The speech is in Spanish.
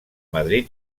madrid